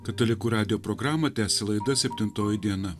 katalikų radijo programą tęsia laida septintoji diena